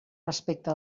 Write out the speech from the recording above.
respecte